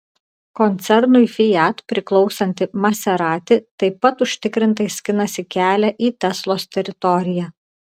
koncernui fiat priklausanti maserati taip pat užtikrintai skinasi kelią į teslos teritoriją